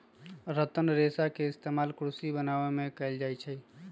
रतन रेशा के इस्तेमाल कुरसियो बनावे में कएल जाई छई